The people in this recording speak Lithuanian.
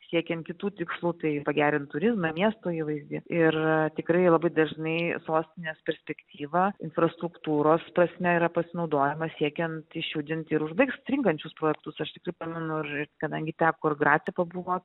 siekiant kitų tikslų tai pagerint turizmą miesto įvaizdį ir tikrai labai dažnai sostinės perspektyva infrastruktūros prasme yra pasinaudojama siekiant išjudint ir užbaigt stringančius projektus aš tikrai pamenu ir kadangi teko ir grace pabuvot